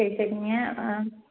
சரி சரிங்க